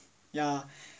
ya